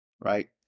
Right